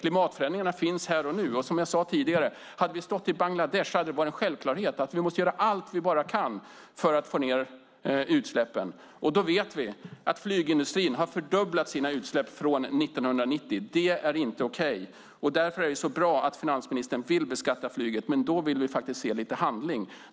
Klimatförändringarna finns här och nu. Och, som jag sade tidigare, hade vi stått i Bangladesh hade det varit en självklarhet att vi måste göra allt vi bara kan för att få ned utsläppen. Då vet vi att flygindustrin har fördubblat sina utsläpp från 1990. Det är inte okej. Därför är det så bra att finansministern vill beskatta flyget. Men då vill vi faktiskt se lite handling.